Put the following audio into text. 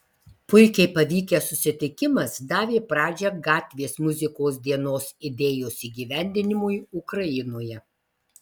puikiai pavykęs susitikimas davė pradžią gatvės muzikos dienos idėjos įgyvendinimui ukrainoje